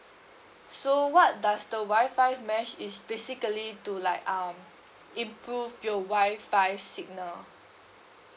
so what does the WI-FI mesh is basically to like um improve your WI-FI signal